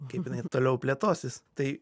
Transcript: kaip jinai toliau plėtosis tai